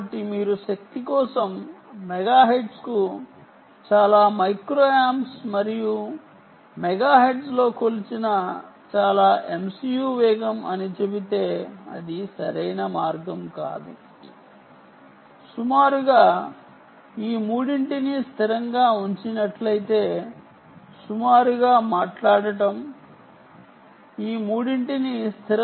కాబట్టి మీరు శక్తి కోసం మెగాహెర్ట్జ్కు చాలా మైక్రో ఆంప్స్ మరియు మెగాహెర్ట్జ్లో కొలిచిన MCU వేగం చాలా అని చెబితే అది సరైన మార్గం కాదు